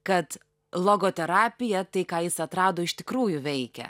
kad logoterapija tai ką jis atrado iš tikrųjų veikia